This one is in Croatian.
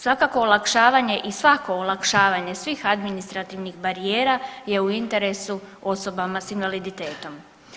Svakako olakšavanje i svako olakšavanje svih administrativnih barijera je u interesu osobama s invaliditetom.